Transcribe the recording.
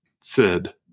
Sid